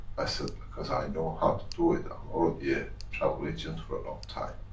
i said, because i know how to do it, i'm already a travel agent for a long time.